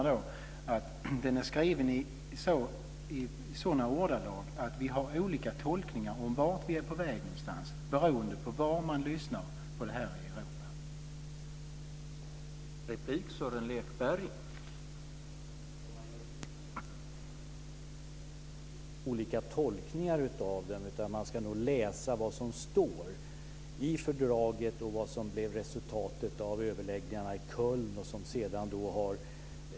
Det är skrivet i sådana ordalag att vi gör olika tolkningar om vart vi är på väg någonstans beroende på var man lyssnar på det här i Europa.